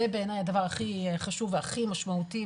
זה בעיני הדבר הכי חשוב והכי משמעותי,